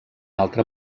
altra